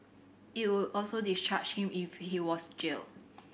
it would also discharge him if he was jailed